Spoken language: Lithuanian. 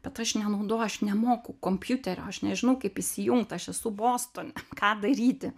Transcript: bet aš nenaudoju aš nemoku kompiuterio aš nežinau kaip įsijungt aš esu boston ką daryti